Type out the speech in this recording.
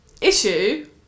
issue